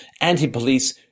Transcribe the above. anti-police